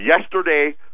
Yesterday